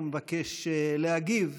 הוא מבקש להגיב.